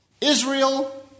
Israel